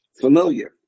familiar